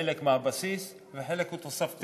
חלק הוא בסיס וחלק הוא תוספתי,